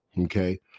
okay